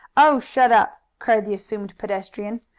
oh, shut up! cried the assumed pedestrian.